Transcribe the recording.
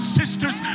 sisters